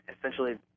essentially